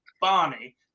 Barney